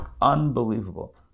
Unbelievable